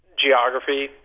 geography